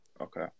Okay